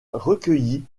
recueilli